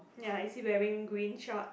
ya is he wearing green shorts